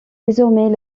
désormais